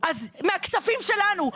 מהכספים שלנו,